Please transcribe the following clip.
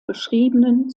beschriebenen